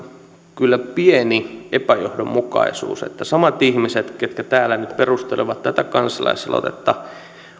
kyllä pieni epäjohdonmukaisuus että samat ihmiset ketkä täällä nyt perustelevat tätä kansalaisaloitetta